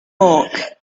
bulk